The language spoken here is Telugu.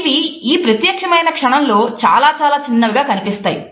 ఇవి ఈ ప్రత్యేకమైన క్షణంలో చాలా చాలా చిన్నవిగా కనిపిస్తాయి